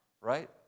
Right